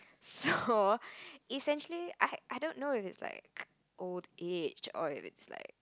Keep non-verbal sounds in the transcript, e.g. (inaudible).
(laughs) so essentially I I don't know if it's like old age or if it's like